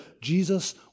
Jesus